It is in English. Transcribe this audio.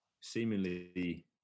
seemingly